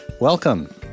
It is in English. Welcome